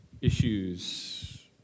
issues